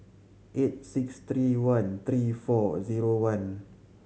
eight six three one three four zero one